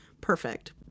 perfect